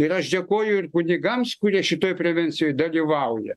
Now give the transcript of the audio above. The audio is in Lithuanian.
ir aš dėkoju ir kunigams kurie šitoj prevencijoj dalyvauja